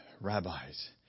rabbis